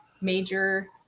major